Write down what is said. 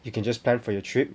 you can just plan for your trip